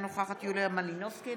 אינה נוכחת יוליה מלינובסקי,